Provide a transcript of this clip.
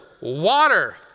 water